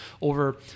over